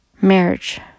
marriage